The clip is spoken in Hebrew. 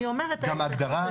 אני אומרת ההיפך,